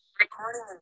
recording